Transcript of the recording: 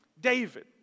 David